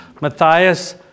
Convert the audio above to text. Matthias